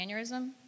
aneurysm